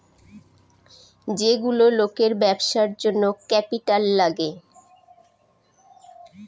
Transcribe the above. যেগুলো লোকের ব্যবসার জন্য ক্যাপিটাল লাগে